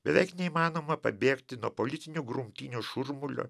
beveik neįmanoma pabėgti nuo politinių grumtynių šurmulio